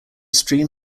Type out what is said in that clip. stream